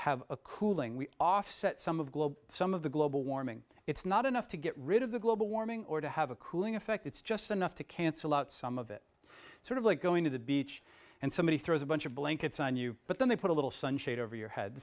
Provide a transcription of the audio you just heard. have a cooling we offset some of global some of the global warming it's not enough to get rid of the global warming or to have a cooling effect it's just enough to cancel out some of it sort of like going to the beach and somebody throws a bunch of blankets on you but then they put a little sun shade over your head